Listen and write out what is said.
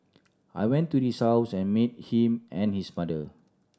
I went to his house and met him and his mother